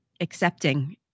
accepting